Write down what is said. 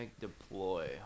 deploy